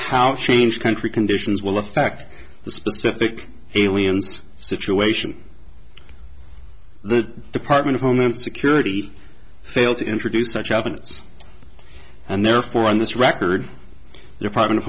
how change country conditions will affect the specific aliens situation the department of homeland security failed to introduce such evidence and therefore on this record department of